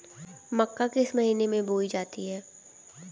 मक्का किस महीने में बोई जाती है?